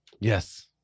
Yes